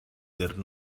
there